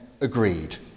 agreed